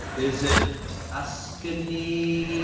is it tuscanee?